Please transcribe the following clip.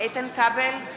איתן כבל,